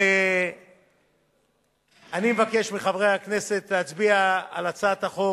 אני מבקש מחברי הכנסת להצביע על הצעת החוק